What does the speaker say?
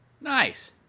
nice